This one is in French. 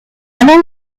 allant